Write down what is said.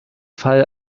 fall